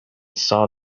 saw